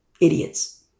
Idiots